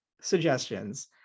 suggestions